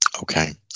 okay